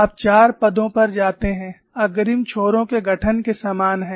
आप चार पदों पर जाते हैं अग्रिम छोरों के गठन के समान है